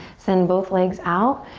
send both legs out.